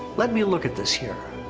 let me look at this here.